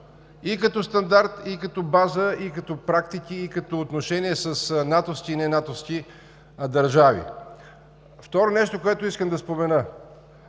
и като стандарт, и като база, и като практики, и като отношение с натовски и ненатовски държави. Второто нещо, което искам да спомена,